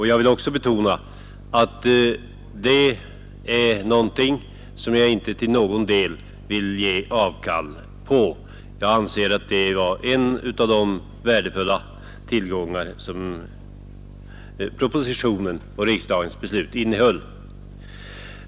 Jag vill betona att detta är något som jag inte till någon del vill ge avkall på. Jag anser det vara en av de värdefulla tillgångar som propositionen och riksdagens beslut innehöll.